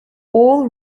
all